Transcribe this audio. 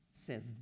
says